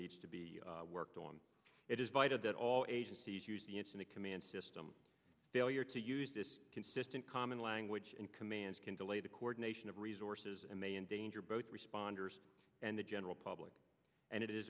needs to be worked on it is vital that all agencies use the incident command system failure to use this consistent common language and commands can delay the coordination of resources and may endanger both responders and the general public and it is